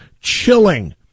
chilling